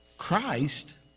Christ